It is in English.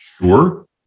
Sure